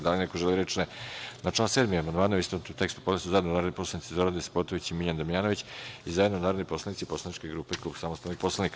Da li neko želi reč? (Ne.) Na član 7. amandmane u istovetnom tekstu podneli su narodni poslanici Zoran Despotović i Miljan Damjanović i zajedno narodni poslanici poslaničke grupe Klub samostalnih poslanika.